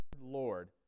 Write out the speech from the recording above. Lord